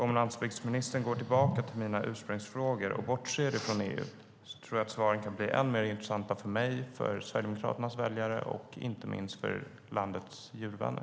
Om landsbygdsministern går tillbaka till mina ursprungsfrågor och bortser från EU tror jag att svaren kan bli än mer intressanta för mig, för Sverigedemokraternas väljare och inte minst för landets djurvänner.